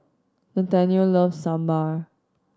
Nathanael loves Sambar